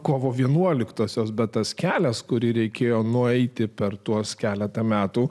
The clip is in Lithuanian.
kovo vienuoliktosios bet tas kelias kurį reikėjo nueiti per tuos keletą metų